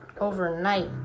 overnight